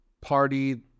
party